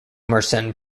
mersenne